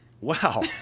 Wow